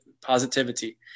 positivity